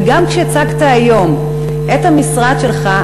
וגם כשהצגת היום את המשרד שלך,